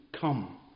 come